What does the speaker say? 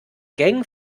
gang